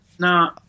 no